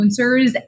influencers